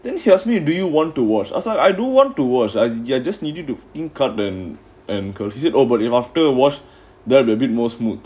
then he ask me do you want to wash I said I don't want to wash I just needed to in cut and is it over if after wash wash a bit more smooth